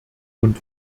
und